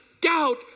doubt